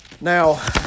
Now